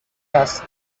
است